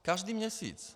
Každý měsíc.